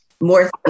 more